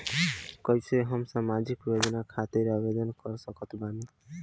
कैसे हम सामाजिक योजना खातिर आवेदन कर सकत बानी?